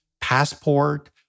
passport